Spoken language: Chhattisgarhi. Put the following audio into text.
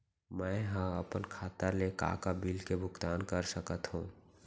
मैं ह अपन खाता ले का का बिल के भुगतान कर सकत हो